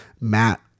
Matt